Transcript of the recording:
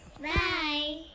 Bye